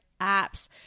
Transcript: apps